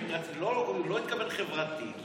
לא התכוונתי חברתי.